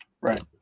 Right